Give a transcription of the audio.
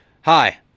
Hi